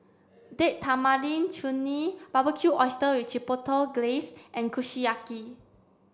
Date Tamarind Chutney Barbecued Oysters with Chipotle Glaze and Kushiyaki